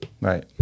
right